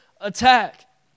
attack